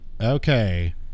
okay